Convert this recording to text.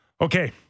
Okay